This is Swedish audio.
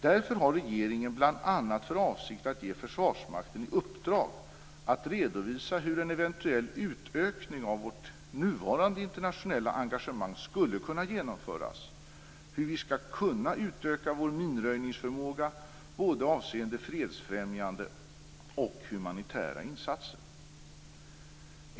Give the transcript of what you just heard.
Därför har regeringen bl.a. för avsikt att ge Försvarsmakten i uppdrag att redovisa hur en eventuell utökning av vårt nuvarande internationella engagemang skulle kunna genomföras, hur vi skall kunna utöka vår minröjningsförmåga både avseende fredsfrämjande och humanitära insatser.